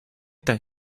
tan